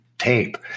tape